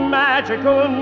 magical